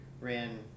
ran